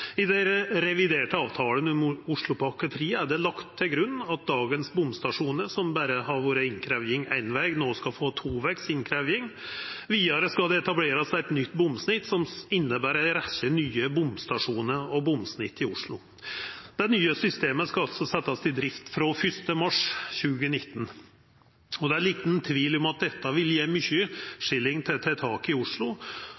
I den reviderte avtalen om Oslopakke 3 er det lagt til grunn at dagens bomstasjonar som berre har vore innkrevjing éin veg, no skal få tovegs innkrevjing. Vidare skal det etablerast eit nytt bomsnitt som inneber ei rekkje nye bomstasjonar og bomsnitt i Oslo. Det nye systemet skal altså setjast i drift frå 1. mars 2019, og det er liten tvil om at dette vil